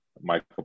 Michael